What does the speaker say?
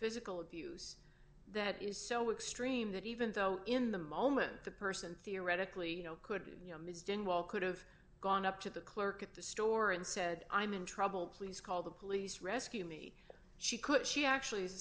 physical abuse that is so extreme that even though in the moment the person theoretically could could have gone up to the clerk at the store and said i'm in trouble please call the police rescue me she could she actually